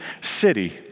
city